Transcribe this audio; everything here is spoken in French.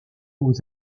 aux